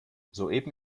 soeben